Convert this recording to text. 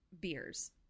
beers